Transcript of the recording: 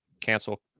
cancel